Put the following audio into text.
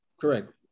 Correct